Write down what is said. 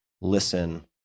listen